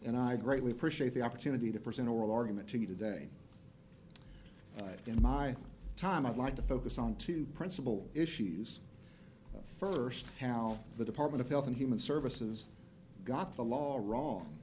and i greatly appreciate the opportunity to present oral argument to you today in my time i'd like to focus on two principle issues first how the department of health and human services got the law or wrong